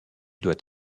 doit